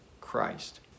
Christ